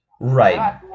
Right